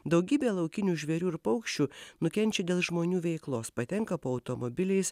daugybė laukinių žvėrių ir paukščių nukenčia dėl žmonių veiklos patenka po automobiliais